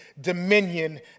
dominion